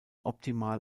optimal